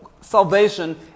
salvation